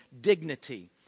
Dignity